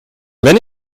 wenn